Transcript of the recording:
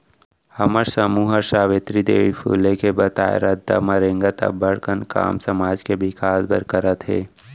हमर समूह हर सावित्री देवी फूले के बताए रद्दा म रेंगत अब्बड़ कन काम समाज के बिकास बर करत हे